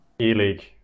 E-League